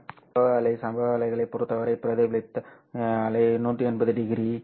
இது சம்பவ அலை சம்பவ அலைகளைப் பொறுத்தவரை பிரதிபலித்த அலை 180 டிகிரி இது 180 டிகிரி